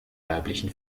weiblichen